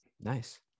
nice